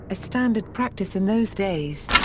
a standard practice in those days.